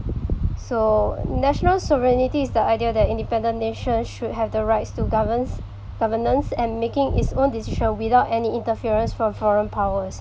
so national sovereignty is the idea that independent nation should have the rights to governs governance and making its own decisions without any interference from foreign powers